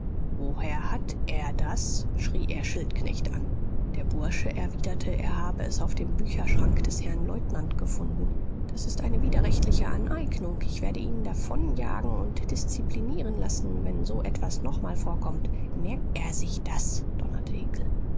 woher hat er das schrie er schildknecht an der bursche erwiderte er habe es auf dem bücherschrank des herrn leutnant gefunden das ist eine widerrechtliche aneignung ich werde ihn davonjagen und disziplinieren lassen wenn so etwas nochmal vorkommt merk er sich das donnerte